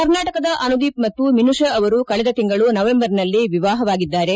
ಕರ್ನಾಟಕದ ಅನುದೀಪ್ ಮತ್ತು ಮಿನುಷಾ ಅವರು ಕಳೆದ ತಿಂಗಳು ನವೆಂಬರ್ನಲ್ಲಿ ವಿವಾಹವಾಗಿದ್ದಾರೆ